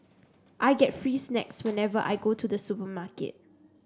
I get free snacks whenever I go to the supermarket